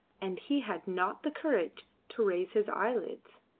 and he had not the courage to raise his eyelids.